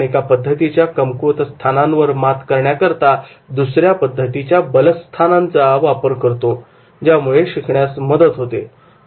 आपण एका पद्धतीच्या कमकुवतस्थानांवर मात करण्याकरता दुसऱ्या पद्धतीच्या बलस्थानांचा वापर करतो ज्यामुळे शिकण्यास मदत होईल